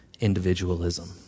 individualism